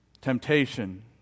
temptation